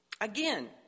Again